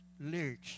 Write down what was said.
lyrics